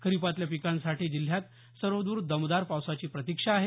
खरीपातल्या पिकांसाठी जिल्ह्यात सर्वदर दमदार पावसाची प्रतीक्षा आहे